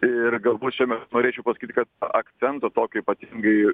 ir galbūt čia mes norėčiau pasakyti kad akcento tokio ypatingai